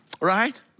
Right